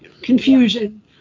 confusion